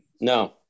No